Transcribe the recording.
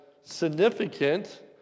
significant